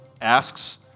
asks